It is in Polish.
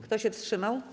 Kto się wstrzymał?